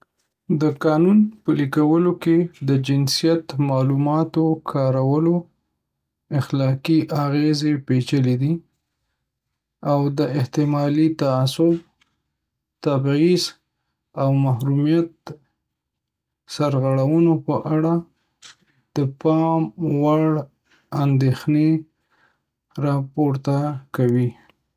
د قانون پلي کولو کې د جنسیت معلوماتو کارولو اخلاقي اغیزې پیچلې دي او د احتمالي تعصب، تبعیض، او محرمیت سرغړونو په اړه د پام وړ اندیښنې راپورته کوي